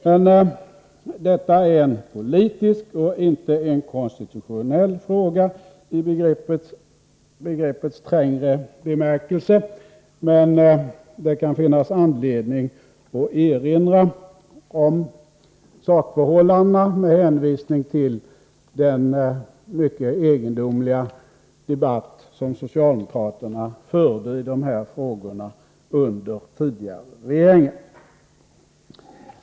Men detta är en politisk och inte en konstitutionell fråga i begreppets trängre bemärkelse. Det kan dock finnas anledning att erinra om sakförhållandena med hänvisning till den mycket egendomliga debatt som socialdemokraterna förde i dessa frågor under tidigare regeringar.